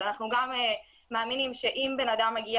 אז אנחנו גם מאמינים שאם בן אדם מגיע